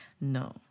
No